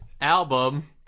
album